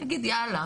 הוא יגיד "יאללה,